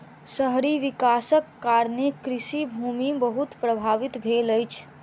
शहरी विकासक कारणें कृषि भूमि बहुत प्रभावित भेल अछि